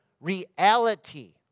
reality